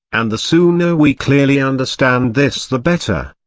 and the sooner we clearly understand this the better.